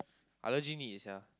I legit need it sia